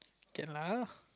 can lah